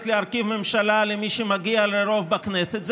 להרכיב ממשלה היא למי שמגיע לרוב בכנסת,